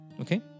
Okay